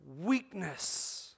weakness